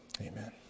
Amen